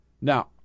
Now